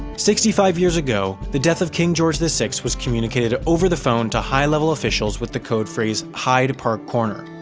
sixty five years ago, the death of king george the sixth was communicated over the phone to high-level officials with the code-phrase, hyde park corner.